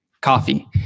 coffee